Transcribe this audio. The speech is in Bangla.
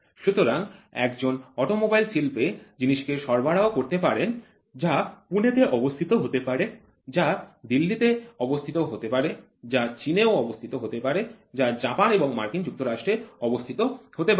সুতরাং একজন বিক্রেতা অটোমোবাইল শিল্পে জিনিসকে সরবরাহ করতে পারেন যা পুনেতে অবস্থিত হতে পারে যা দিল্লিতে অবস্থিত হতে পারে যা চীনও অবস্থিত হতে পারে যা জাপান এবং মার্কিন যুক্তরাষ্ট্রে অবস্থিত হতে পারে